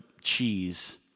cheese